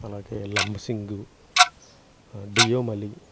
అలాగే లంబసింగు డియోమలి